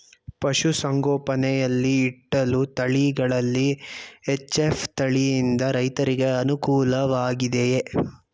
ಪಶು ಸಂಗೋಪನೆ ಯಲ್ಲಿ ಇಟ್ಟಳು ತಳಿಗಳಲ್ಲಿ ಎಚ್.ಎಫ್ ತಳಿ ಯಿಂದ ರೈತರಿಗೆ ಅನುಕೂಲ ವಾಗಿದೆಯೇ?